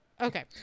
Okay